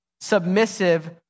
submissive